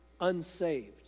unsaved